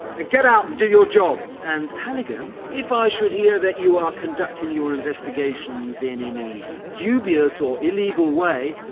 and get out and do your job! miller and, halligan, if i should hear that you are conducting your investigations in any dubious or illegal way,